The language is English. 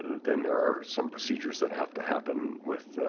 then there some procedures that have to happen with